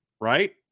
right